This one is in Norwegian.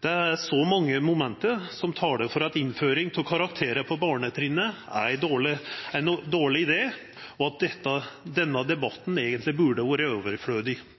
Det er så mange momenter som taler for at innføring av karakterer på barnetrinnet er en dårlig idé, at denne debatten egentlig burde vært overflødig.